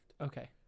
Okay